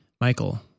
Michael